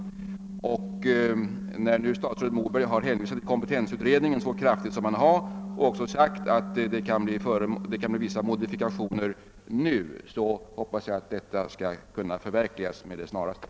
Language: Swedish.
När nu statsrådet Moberg så kraftigt hänvisat till kompetensutredningen och även uttalat att den kan komma att göra vissa modifikationer hoppas jag att dessa också med det snaraste skall kunna förverkligas.